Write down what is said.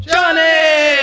Johnny